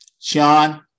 Sean